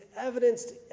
evidenced